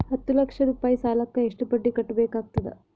ಹತ್ತ ಲಕ್ಷ ರೂಪಾಯಿ ಸಾಲಕ್ಕ ಎಷ್ಟ ಬಡ್ಡಿ ಕಟ್ಟಬೇಕಾಗತದ?